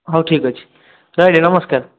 ହଉ ଠିକ୍ ଅଛି ରହିଲି ନମସ୍କାର